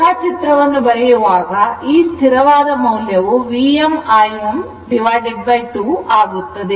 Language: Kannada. ರೇಖಾಚಿತ್ರವನ್ನು ಬರೆಯುವಾಗ ಈ ಸ್ಥಿರವಾದ ಮೌಲ್ಯವು Vm Im2 ಆಗುತ್ತದೆ